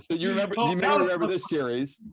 so you remember remember this series.